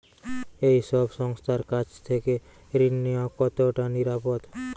এই সব সংস্থার কাছ থেকে ঋণ নেওয়া কতটা নিরাপদ?